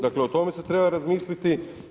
Dakle, o tome se treba razmisliti.